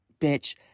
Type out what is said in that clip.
bitch